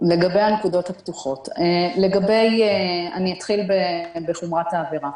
אני אתחיל בחומרת העבירה.